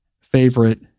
favorite